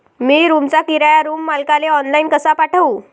मी रूमचा किराया रूम मालकाले ऑनलाईन कसा पाठवू?